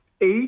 eight